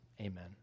Amen